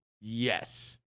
Yes